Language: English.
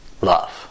Love